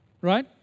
right